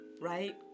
right